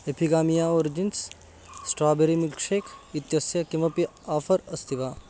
एफिगामिया origins strawberry milkshake इत्यस्य किमपि offer अस्ति वा